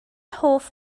hoff